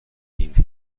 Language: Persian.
این